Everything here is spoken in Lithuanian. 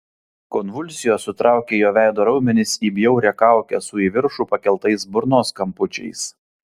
konvulsijos sutraukė jo veido raumenis į bjaurią kaukę su į viršų pakeltais burnos kampučiais